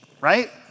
right